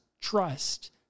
trust